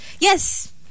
Yes